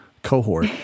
Cohort